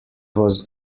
was